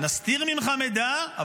נסתיר ממך מידע,